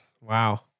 Wow